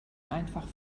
einfach